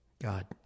God